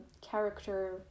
character